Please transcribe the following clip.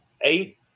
eight